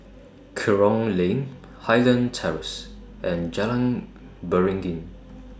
Kerong Lane Highland Terrace and Jalan Beringin